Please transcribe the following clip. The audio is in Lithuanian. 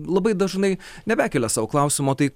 labai dažnai nebekelia sau klausimo tai